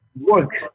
works